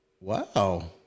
Wow